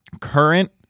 Current